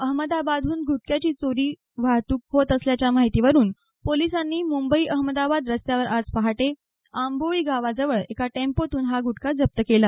अहमदाबादहून गुटख्याची चोरटी वाहतुक होत असल्याच्या माहितीवरून पोलिसांनी मुंबई अहमदाबाद रस्त्यावर आज पहाटे आंबोळी गावाजवळ एका टॅम्पोतून हा गुटखा जप्त केला